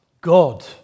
God